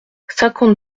cinquante